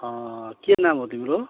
के नाम हो तिम्रो